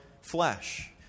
flesh